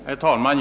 Herr talman!